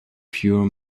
pure